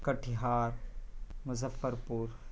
Katihar Muzaffarpur